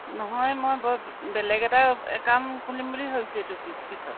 নহয় মই বৰ বেলেগ এটা একাউন্ট খুলিম বুলি ভাবিছোঁ এইটো পিছত